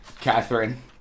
Catherine